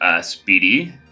Speedy